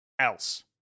else